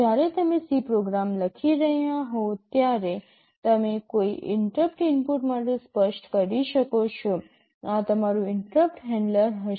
જ્યારે તમે C program લખી રહ્યા હો ત્યારે તમે કોઈ ઇન્ટરપ્ટ ઇનપુટ માટે સ્પષ્ટ કરી શકો છો આ તમારું ઇન્ટરપ્ટ હૅન્ડલર હશે